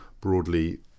broadly